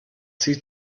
sie